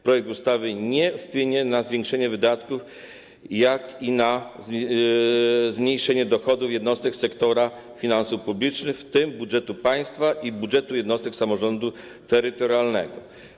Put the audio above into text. Projekt ustawy nie wpłynie na zwiększenie wydatków i zmniejszenie dochodów jednostek sektora finansów publicznych, w tym budżetu państwa i budżetów jednostek samorządu terytorialnego.